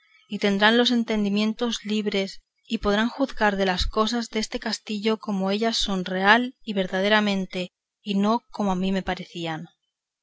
y tendrán los entendimientos libres y podrán juzgar de las cosas deste castillo como ellas son real y verdaderamente y no como a mí me parecían